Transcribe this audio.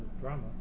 drama